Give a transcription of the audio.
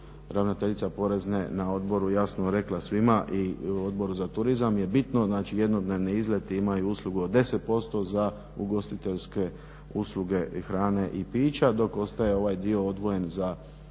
ravnateljica Porezne na odboru jasno rekla svima. I Odboru za turizam je bitno, znači jednodnevni izleti imaju uslugu od 10% za ugostiteljske usluge hrane i pića dok ostaje ovaj dio odvojen za promet